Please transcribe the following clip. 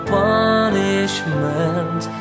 punishment